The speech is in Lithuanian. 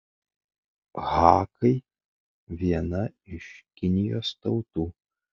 hakai viena iš kinijos tautų